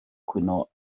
cwyno